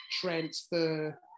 transfer